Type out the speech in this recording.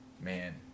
man